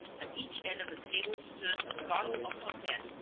at each end of the table stood a bottle of sauterne,